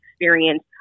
experience